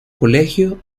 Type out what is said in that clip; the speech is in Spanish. colegio